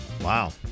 wow